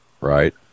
right